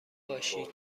باشید